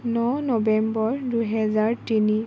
ন November দুহেজাৰ তিনি